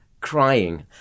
crying